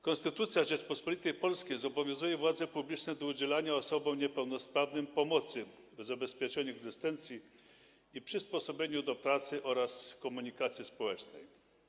Konstytucja Rzeczypospolitej Polskiej zobowiązuje władze publiczne do udzielania osobom niepełnosprawnym pomocy w zabezpieczeniu egzystencji i przysposobieniu do pracy oraz komunikacji społecznej.